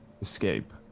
escape